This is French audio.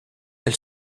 elle